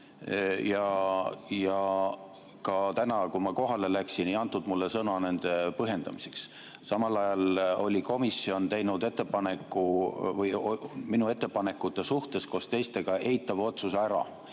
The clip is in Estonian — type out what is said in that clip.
Ka täna, kui ma kohale läksin, ei antud mulle sõna nende põhjendamiseks. Samal ajal oli komisjon teinud minu ettepanekute suhtes koos teistega eitava otsuse ära.